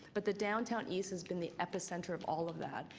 but the downtown east has been the epicenter of all of that.